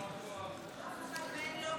אף אחת מהן לא כאן.